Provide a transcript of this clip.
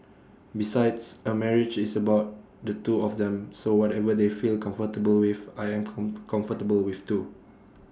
besides A marriage is about the two of them so whatever they feel comfortable with I am comfortable with too